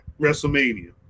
wrestlemania